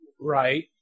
Right